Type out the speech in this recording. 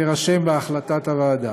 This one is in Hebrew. תירשם בהחלטת הוועדה.